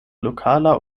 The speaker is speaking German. lokaler